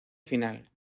final